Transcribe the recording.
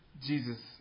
Jesus